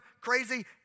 crazy